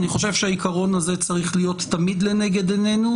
אני חושב שהעיקרון הזה צריך להיות תמיד לנגד עינינו.